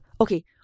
okay